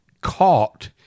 caught